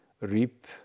reap